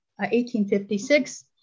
1856